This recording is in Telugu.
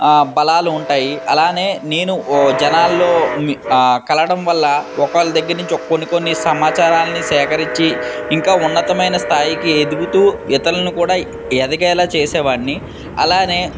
బలాలు ఉంటాయి అలానే నేను ఓ జనాల్లో కలవడం వల్ల ఒకవేళ దగ్గరనుంచి కొన్ని కొన్ని సమాచారాన్ని సేకరించి ఇంకా ఉన్నతమైన స్థాయికి ఎదుగుతూ ఇతరులను కూడా ఎదిగేలా చేసేవాడ్ని అలాగే